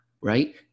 right